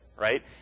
right